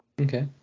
Okay